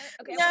Okay